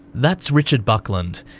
that's richard buckland.